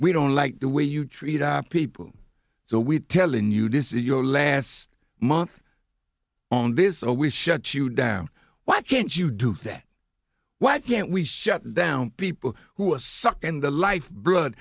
we don't like the way you treat people so we're telling you this is your last month on this so we shut you down why can't you do that why can't we shut down people who are sucking the life blood